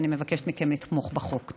אני מבקשת מכם לתמוך בחוק.